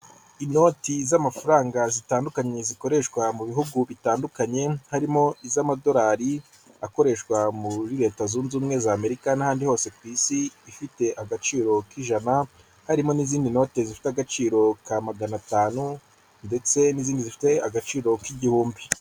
Inoti z'amafaranga zitandukanye zikoreshwa mu bihugu bitandukanye, harimo iz'amadolari akoreshwa muri leta zunze ubumwe z'Amerika n'ahandi hose ku isi ifite agaciro k'ijana, harimo n'izindi note zifite agaciro ka magana atanu ndetse n'izindi zifite agaciro k'igihumbi.